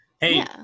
Hey